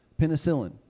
penicillin